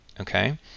Okay